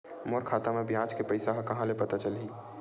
मोर खाता म ब्याज के पईसा ह कहां ले पता चलही?